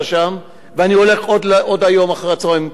ואני הולך עוד היום אחר-הצהריים פעם נוספת.